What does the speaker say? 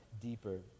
deeper